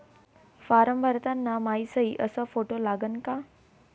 Form भरताना मायी सयी अस फोटो लागन का?